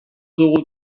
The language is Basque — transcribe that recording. dugu